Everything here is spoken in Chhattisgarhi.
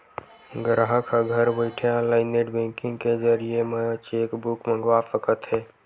गराहक ह घर बइठे ऑनलाईन नेट बेंकिंग के जरिए म चेकबूक मंगवा सकत हे